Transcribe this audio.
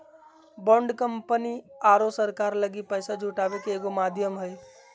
bond company आरो सरकार लगी पैसा जुटावे के एगो माध्यम हइ